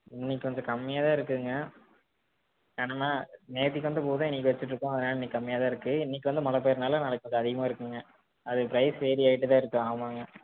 இன்னைக்கி கொஞ்சம் கம்மியாக தான் இருக்குதுங்க ஏன்னா நேற்று வந்த பூ தான் இன்னைக்கி வைச்சிட்ருப்போம் அதனால் இன்னிக்கு கம்மியாக தான் இருக்குது இன்னைக்கு வந்து மழை பெய்றதுனால நாளைக்கு கொஞ்சம் அதிகமாக இருக்கும்ங்க அது ப்ரைஸ் வேரி ஆகிட்டு தான் இருக்குது ஆமாங்க